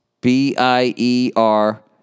B-I-E-R